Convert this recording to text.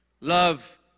Love